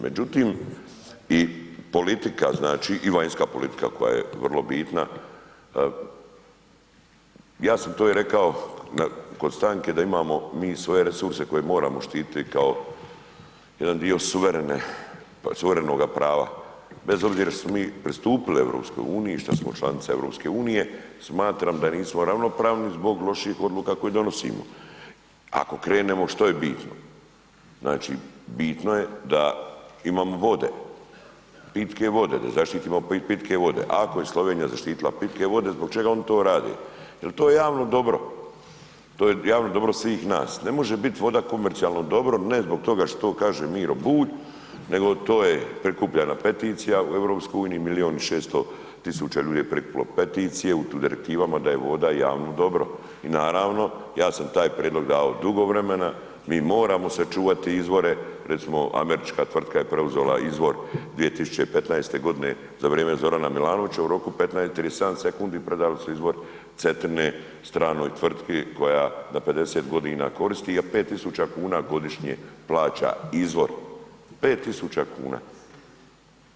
Međutim, i politika znači i vanjska politika koja je vrlo bitna, ja sam to i rekao kod stanke da imamo mi svoje resurse koje moramo štititi kao jedan dio suverenoga prava bez obzira šta smo mi pristupili EU, šta smo članica EU, smatram da nismo ravnopravni zbog loših odluka koje donosimo, ako krenemo što je bitno, znači bitno je da imamo vode, pitke vode, da zaštitimo pitke vode, ako je Slovenija zaštitila pitke vode, zbog čega oni to rade, jel to je javno dobro, to je javno dobro svih nas, ne može bit voda komercionalno dobro, ne zbog toga što kaže Miro Bulj, nego to je prikupljena peticija u EU, 1 600 000 ljudi je prikupilo peticije u tim direktivama da je voda javno dobro i naravno ja sam taj prijedlog davao dugo vremena, mi moramo sačuvati izvore, recimo američka tvrtka je preuzela izvor 2015. za vrijeme Zorana Milanovića u roku 15 i 37 sekundi predali su izvor Cetine stranoj tvrtki koja ga 50.g. koristi, a 5.000,00 kn godišnje plaća izvor, 5.000,00 kn.